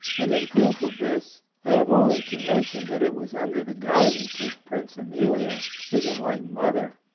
and in proof of this, i have only to men tion that it was under the guidance of princess amelia, his enlightened mother,